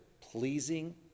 pleasing